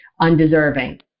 undeserving